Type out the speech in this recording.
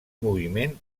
moviment